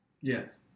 yes